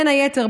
בין היתר,